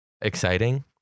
exciting